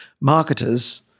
Marketers